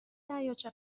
دریاچه